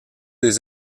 des